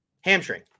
hamstring